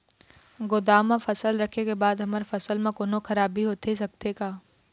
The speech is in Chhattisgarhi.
गोदाम मा फसल रखें के बाद हमर फसल मा कोन्हों खराबी होथे सकथे का?